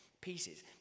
pieces